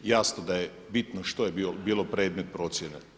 Jasno da je bitno što je bilo predmet procjene.